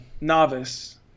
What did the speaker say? Novice